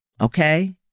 Okay